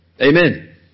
Amen